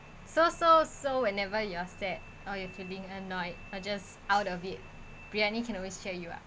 so so so whenever you are sad or you feeling annoyed or just out of it briyani can always cheer you up